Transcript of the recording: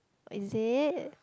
is it